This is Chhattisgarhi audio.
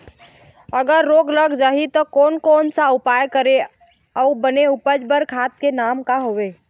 अगर रोग लग जाही ता कोन कौन सा उपाय करें अउ बने उपज बार खाद के नाम का हवे?